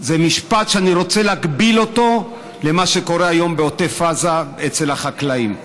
זה משפט שאני רוצה להקביל אותו למה שקורה היום בעוטף עזה אצל החקלאים.